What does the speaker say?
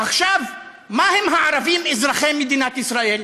עכשיו, מה הם הערבים אזרחי מדינת ישראל?